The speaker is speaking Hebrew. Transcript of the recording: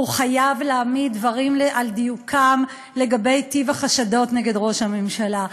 והוא חייב להעמיד דברים על דיוקם לגבי טיב החשדות נגד ראש הממשלה,